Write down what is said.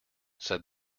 said